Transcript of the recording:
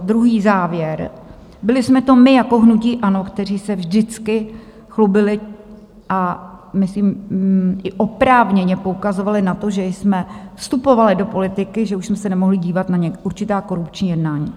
Druhý závěr: byli jsme to my, jako hnutí ANO, kteří se vždycky chlubili a myslím i oprávněně poukazovali na to, že jsme vstupovali do politiky, že už jsme se nemohli dívat na určitá korupční jednání.